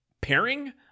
pairing